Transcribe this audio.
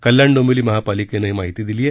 कल्याण डोंबिवली महापालिकेनं ही माहिती दिली आहे